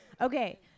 Okay